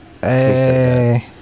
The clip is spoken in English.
hey